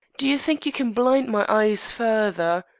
do you think you can blind my eyes further?